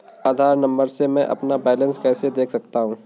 आधार number से मैं अपना बैलेंस कैसे देख सकता हूँ?